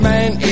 Man